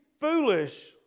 foolish